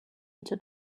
into